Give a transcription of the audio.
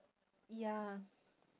ya